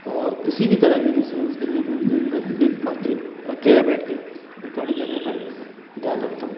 और किसी भी तरह की डिस्टर्बेंस के लिए रूम के अंदर एक मात्र अकेला बैठ के रिकॉर्डिंग करने में ध्यान रखता हूँ